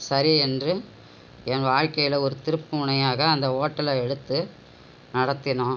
சரி என்று என் வாழ்க்கையில ஒரு திருப்பு முனையாக அந்த ஓட்டலை எடுத்து நடத்தினோம்